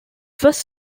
first